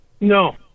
no